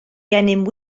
gennym